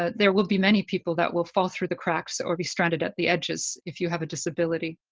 ah there will be many people that will fall through the cracks or be stranded at the edges if you have a disability.